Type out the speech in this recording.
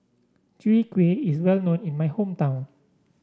Chwee Kueh is well known in my hometown